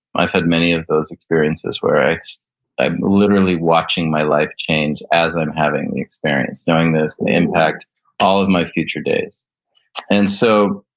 i've had many of those experiences where i'm literally watching my life change as i'm having the experience knowing there's an impact all of my future days and so,